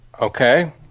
okay